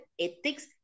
ethics